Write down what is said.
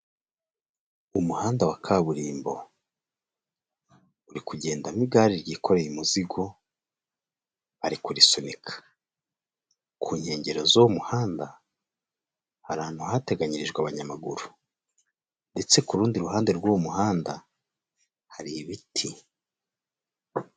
Umuhanda wa kaburimbo uri kugendamo igare ryikoreye umizigo ari kurisunika, ku nkengero z'uwo muhanda hari ahantu hateganyirijwe abanyamaguru ndetse ku rundi ruhande rw'uwo muhanda hari ibiti.